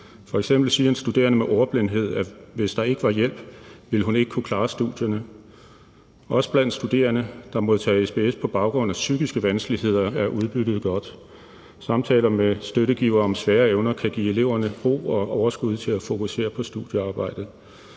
F.eks. siger en studerende med ordblindhed, at hvis der ikke var hjælp, ville hun ikke kunne klare studierne. Også blandt studerende, der modtager SPS på baggrund af psykiske vanskeligheder, er udbyttet godt. Samtaler med støttegivere om svagere evner kan give eleverne ro og overskud til at fokusere på studiearbejdet.